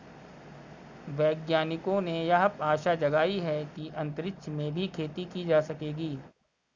वैज्ञानिकों ने यह आशा जगाई है कि अंतरिक्ष में भी खेती की जा सकेगी